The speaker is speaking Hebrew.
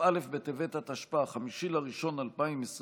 כ"א בטבת התשפ"א, 5 בינואר 2021,